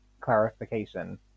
clarification